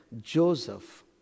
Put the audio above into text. Joseph